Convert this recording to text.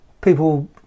people